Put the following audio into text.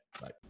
Bye